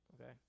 okay